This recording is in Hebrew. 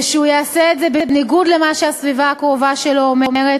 ושהוא יעשה את זה בניגוד למה שהסביבה הקרובה שלו אומרת.